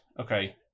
Okay